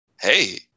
hey